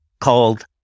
called